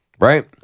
Right